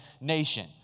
nation